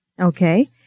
Okay